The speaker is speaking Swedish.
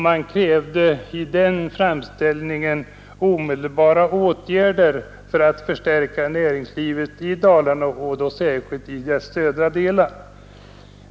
Man krävde omedelbara åtgärder för att förstärka näringslivet i Dalarna, särskilt i dess södra delar.